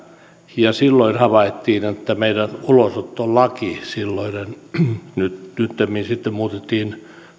ja silloin havaittiin että meidän ulosottolaki silloinen nyttemmin se sitten muutettiin